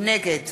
נגד